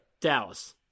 Dallas